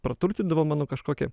praturtindavo mano kažkokį